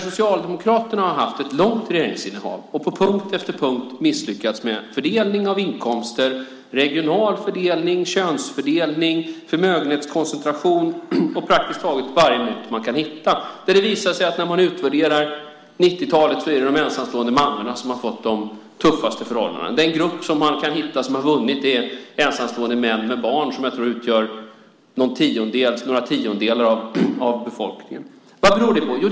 Socialdemokraterna har haft ett långt regeringsinnehav och på punkt efter punkt misslyckats med fördelning av inkomster, regional fördelning, könsfördelning, förmögenhetskoncentration och praktiskt taget allt man kan hitta. Det visar sig när man utvärderar 90-talet att det är de ensamstående mammorna som har fått de tuffaste förhållandena. Den grupp man kan hitta som har vunnit är ensamstående män med barn, som jag tror utgör några tiondelar av befolkningen. Vad beror detta på?